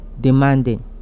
demanding